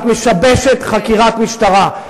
את משבשת חקירת משטרה.